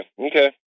okay